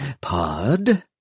Pod